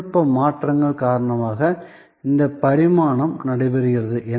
தொழில்நுட்ப மாற்றங்கள் காரணமாக இந்த பரிணாமம் நடைபெறுகிறது